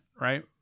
right